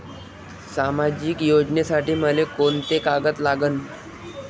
सामाजिक योजनेसाठी मले कोंते कागद लागन?